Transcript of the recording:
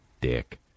dick